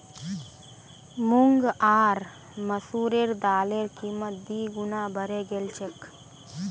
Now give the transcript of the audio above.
मूंग आर मसूरेर दालेर कीमत दी गुना बढ़े गेल छेक